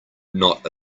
not